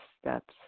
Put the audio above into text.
steps